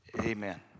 Amen